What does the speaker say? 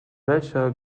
welcher